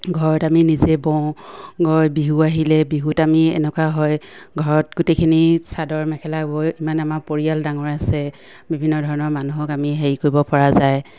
ঘৰত আমি নিজে বওঁ বৈ বিহু আহিলে বিহুত আমি এনেকুৱা হয় ঘৰত গোটেইখিনি চাদৰ মেখেলা বৈ মানে আমাৰ পৰিয়াল ডাঙৰ আছে বিভিন্ন ধৰণৰ মানুহক আমি হেৰি কৰিব পৰা যায়